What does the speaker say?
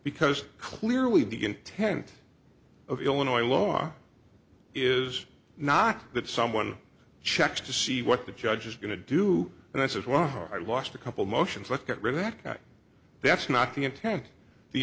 because clearly the intent of illinois law is not that someone checks to see what the judge is going to do and i said well i lost a couple motions let's get rid of that guy that's not the intent the